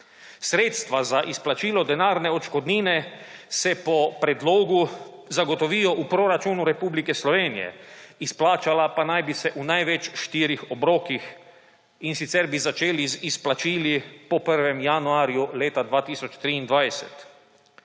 Sredstva za izplačilo denarne odškodnine se po predlogu zagotovijo v proračunu Republike Slovenije, izplačala pa naj bi se v največ štirih obrokih, in sicer bi začeli z izplačili po 1. januarju leta 2023.